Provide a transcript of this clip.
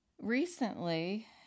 recently